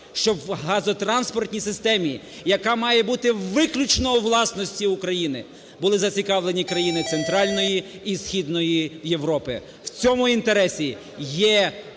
щоб в газотранспортній системі, яка має бути виключно у власності України, були зацікавлені країни Центральної і Східної Європи. В цьому інтересі є безпека